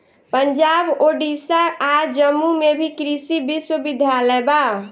पंजाब, ओडिसा आ जम्मू में भी कृषि विश्वविद्यालय बा